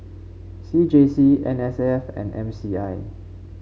C J C N S F and M C I